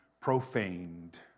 profaned